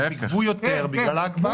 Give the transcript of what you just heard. כמה תגבו יותר בגלל ההקפאה הזאת?